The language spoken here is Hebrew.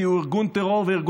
כי הוא ארגון טרור,